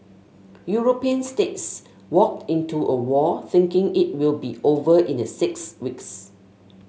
European states walked into a war thinking it will be over in a six weeks